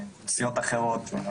נסיעות אחרות,